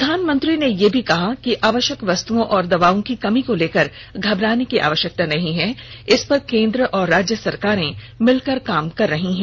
प्रधानमंत्री ने यह भी कहा है कि आवश्यक वस्तुओं और दवाओं की कमी को लेकर घबराने की जरूरत नहीं है इस पर केंद्र और राज्य सरकारें मिलकर काम कर रहे हैं